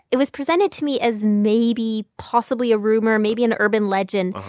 it was presented to me as maybe possibly a rumor, maybe an urban legend.